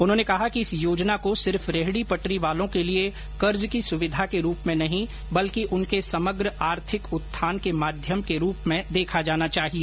उन्होंने कहा कि इस योजना को सिर्फ रेहड़ी पटरी वालों के लिए कर्ज की सुविधा के रूप में नहीं बलकि उनके समग्र आर्थिक उत्थान के माध्यम के रूप में देखा जाना चाहिए